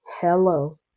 hello